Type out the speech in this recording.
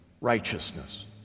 righteousness